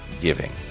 giving